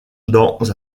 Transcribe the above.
dans